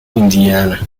indiana